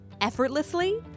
effortlessly